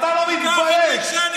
אבל מה,